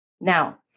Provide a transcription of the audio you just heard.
Now